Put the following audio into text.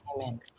Amen